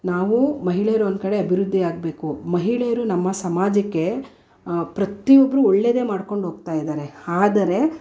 ನಾವೂ ಮಹಿಳೆಯರು ಒಂದುಕಡೆ ಅಭಿವೃದ್ಧಿಯಾಗ್ಬೇಕು ಮಹಿಳೆಯರು ನಮ್ಮ ಸಮಾಜಕ್ಕೆ ಪ್ರತಿ ಒಬ್ಬರು ಒಳ್ಳೆಯದೇ ಮಾಡ್ಕೊಂಡು ಹೋಗ್ತಾಯಿದಾರೆ ಆದರೆ